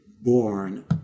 born